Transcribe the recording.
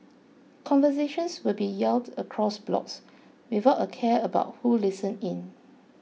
conversations would be yelled across blocks without a care about who listened in